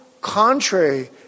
contrary